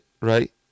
Right